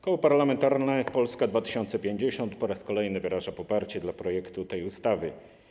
Koło Parlamentarne Polska 2050 po raz kolejny wyraża poparcie dla projektu tej ustawy.